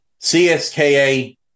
CSKA